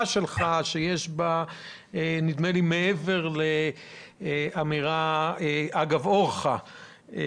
שלך יש משהו שהוא מעבר לאמירה אגב אורחא.